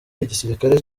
igisirikare